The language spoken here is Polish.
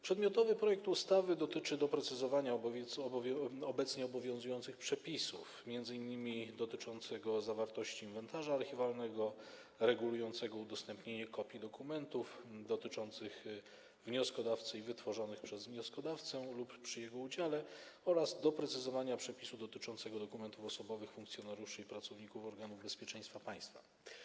Przedmiotowy projekt ustawy dotyczy doprecyzowania obecnie obowiązujących przepisów, m.in. przepisu dotyczącego zawartości inwentarza archiwalnego, przepisu regulującego udostępnianie kopii dokumentów dotyczących wnioskodawcy i wytworzonych przez wnioskodawcę lub przy jego udziale oraz przepisu dotyczącego dokumentów osobowych funkcjonariuszy i pracowników organów bezpieczeństwa państwa.